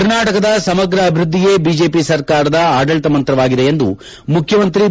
ಕರ್ನಾಟಕದ ಸಮಗ್ರ ಅಭಿವೃದ್ದಿಯೇ ಬಿಜೆಪಿ ಸರ್ಕಾರದ ಆದಳಿತ ಮಂತ್ರವಾಗಿದೆ ಎಂದು ಮುಖ್ಯಮಂತ್ರಿ ಬಿ